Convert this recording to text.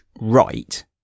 right